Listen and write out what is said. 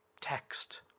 text